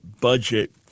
budget